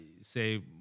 say